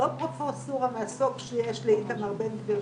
לא פרופסורה מהסוג שיש לאיתמר בן גביר,